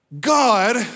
God